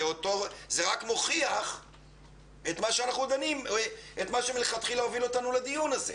זה רק מוכיח את מה שמלכתחילה הוביל אותנו לדיון הזה.